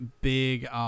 big